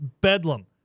Bedlam